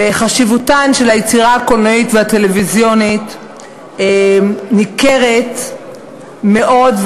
וחשיבותה של היצירה הקולנועית והטלוויזיונית ניכרת מאוד,